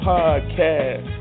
Podcast